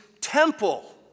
temple